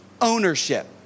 ownership